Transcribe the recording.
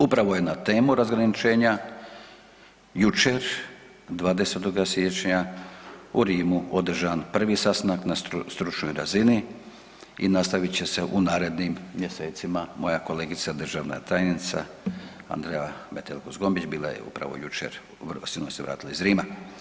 Upravo je na temu razgraničenja jučer, 20. siječnja u Rimu održan 1. sastanak na stručnoj razini i nastavit će se u narednim mjesecima, moja kolegica, državna tajnica, Andreja Metelko-Zgombić, bila je upravo jučer u, sinoć se vratila iz Rima.